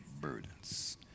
burdens